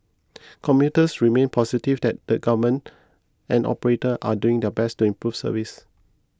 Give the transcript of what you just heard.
commuters remained positive that the government and operators are doing their best to improve service